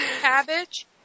cabbage